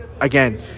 again